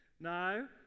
No